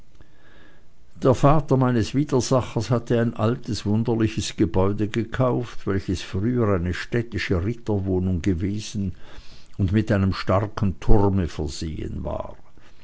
der vater meines widersachers hatte ein altes wunderliches gebäude gekauft welches früher eine städtische ritterwohnung gewesen und mit einem starken turme versehen war